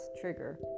trigger